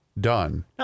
done